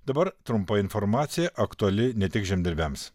dabar trumpa informacija aktuali ne tik žemdirbiams